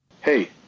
Hey